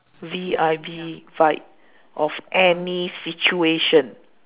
V I B E vibe of any situation